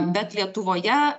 bet lietuvoje